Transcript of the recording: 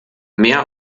mehr